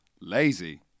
Lazy